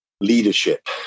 Leadership